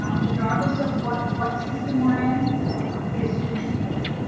um regardless of what what system we're in is student support.